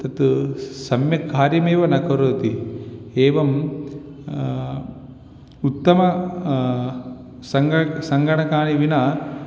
तत् स् सम्यक् कार्यमेव न करोति एवम् उत्तमेन सङ्गः सङ्गणकेन विना